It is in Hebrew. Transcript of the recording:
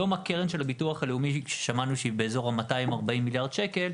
שמענו היום שהקרן של הביטוח הלאומי היא כ-240 מיליארד שקל,